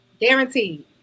Guaranteed